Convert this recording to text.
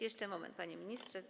Jeszcze moment, panie ministrze.